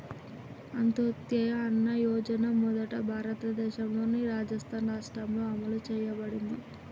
అంత్యోదయ అన్న యోజన మొదట భారతదేశంలోని రాజస్థాన్ రాష్ట్రంలో అమలు చేయబడింది